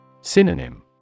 Synonym